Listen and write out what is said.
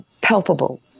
palpable